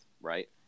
right